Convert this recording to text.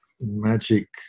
magic